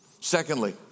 Secondly